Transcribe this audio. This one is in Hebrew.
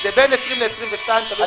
זה בין 20 22 מיליארד שקל.